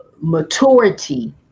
maturity